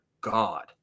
god